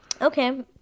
Okay